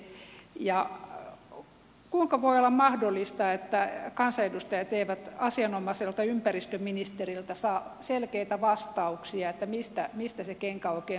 kuinka voi olla mahdollista että kansanedustajat eivät asianomaiselta ympäristöministeriltä saa selkeitä vastauksia mistä se kenkä oikein puristaa